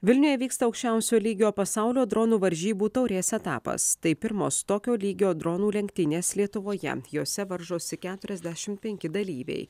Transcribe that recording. vilniuje vyksta aukščiausio lygio pasaulio dronų varžybų taurės etapas tai pirmos tokio lygio dronų lenktynės lietuvoje jose varžosi keturiasdešimt penki dalyviai